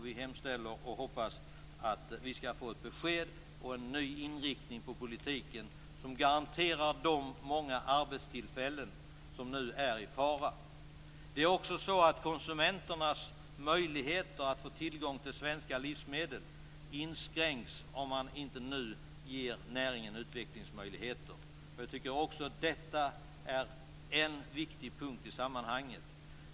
Vi hemställer och hoppas att vi skall få ett besked och en ny inriktning på politiken som garanterar de många arbetstillfällen som nu är i fara. Det är också att konsumenternas möjligheter att få tillgång till svenska livsmedel inskränks om man inte nu ger näringen utvecklingsmöjligheter. Jag tycker att detta är en viktig punkt i sammanhanget.